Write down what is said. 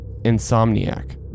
Insomniac